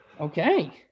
Okay